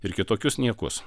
ir kitokius niekus